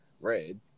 Red